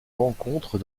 rencontre